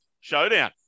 Showdown